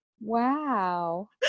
Wow